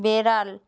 বেড়াল